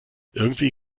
irgendwie